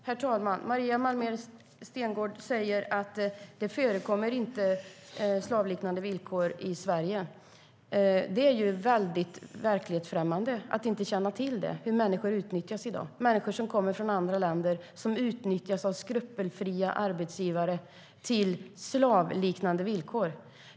Herr talman! Maria Malmer Stenergard säger att det inte förekommer slavliknande villkor i Sverige. Det är ju verklighetsfrämmande att inte känna till hur människor utnyttjas i dag. Människor kommer från andra länder och utnyttjas av skrupelfria arbetsgivare under slavliknande villkor.